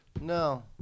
no